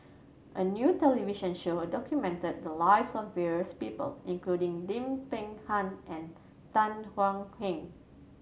a new television show documented the lives of various people including Lim Peng Han and Tan Thuan Heng